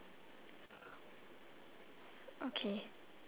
yup